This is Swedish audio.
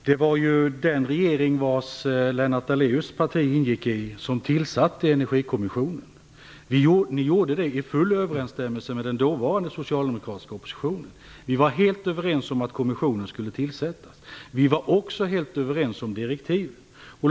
Fru talman! Det var den regering där Lennart Ni gjorde det i full överensstämmelse med den dåvarande socialdemokratiska oppositionen. Vi var helt överens om att kommissionen skulle tillsättas. Vi var också helt överens om direktiven.